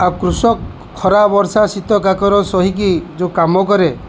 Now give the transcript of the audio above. ଆଉ କୃଷକ ଖରା ବର୍ଷା ଶୀତ କାକର ସହିକି ଯେଉଁ କାମ କରେ